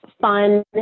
fun